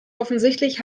offensichtlich